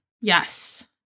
Yes